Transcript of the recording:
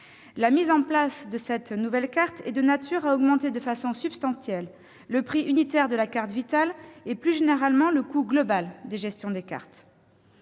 La mise en place de cette nouvelle carte serait de nature à augmenter de façon substantielle le prix unitaire de la carte Vitale et, plus généralement, le coût global de gestion des cartes.